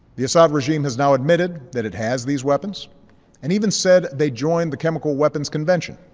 the assad regime has now admitted that it has these weapons and even said they joined the chemical weapons convention,